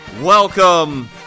Welcome